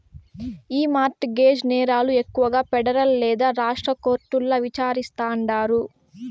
ఈ mortgage నేరాలు ఎక్కువగా పెడరల్ లేదా రాష్ట్ర కోర్టుల్ల విచారిస్తాండారు